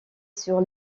sur